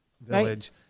Village